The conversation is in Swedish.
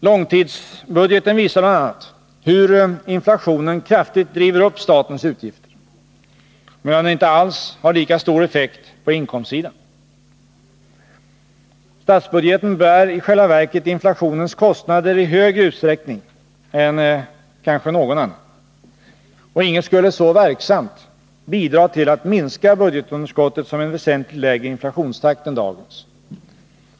Långtidsbudgeten visar bl.a. hur inflationen kraftigt driver upp statens utgifter, medan den inte alls har lika stor effekt på inkomstsidan. Statsbudgeten bär i själva verket inflationens kostnader i högre utsträckning än kanske någon annan. Och inget skulle så verksamt bidra till att minska budgetunderskottet som en väsentligt lägre inflationstakt än dagens.